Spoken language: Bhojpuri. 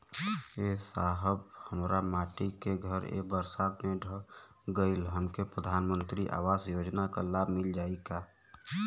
ए साहब हमार माटी क घर ए बरसात मे ढह गईल हमके प्रधानमंत्री आवास योजना क लाभ मिल जाई का?